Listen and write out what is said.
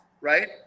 Right